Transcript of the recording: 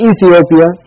Ethiopia